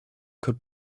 could